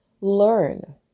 learn